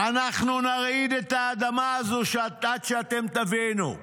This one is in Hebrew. "אנחנו נרעיד את האדמה הזו עד שאתם תבינו.